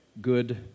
good